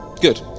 Good